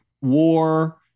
war